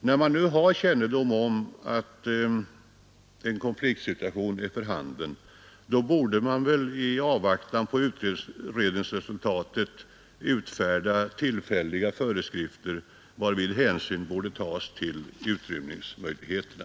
När man nu har kännedom om den konfliktsituation som är för handen, borde man väl, i avvaktan på utredningsresultatet, utfärda tillfälliga föreskrifter, varvid hänsyn kunde tas till utrymningsmöjligheterna.